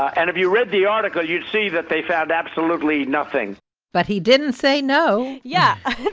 and if you read the article, you'd see that they found absolutely nothing but he didn't say no. yeah.